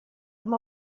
amb